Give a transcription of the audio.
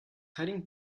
hiding